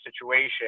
situation